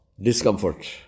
discomfort